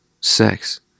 sex